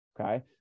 okay